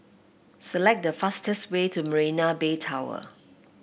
select the fastest way to Marina Bay Tower